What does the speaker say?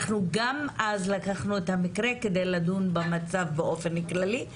אנחנו גם אז לקחנו את המקרה כדי לדון במצב באופן כללי,